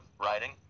writing